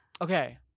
Okay